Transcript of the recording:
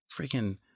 freaking